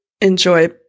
enjoy